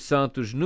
Santos